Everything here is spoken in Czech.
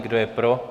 Kdo je pro?